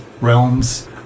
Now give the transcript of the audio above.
realms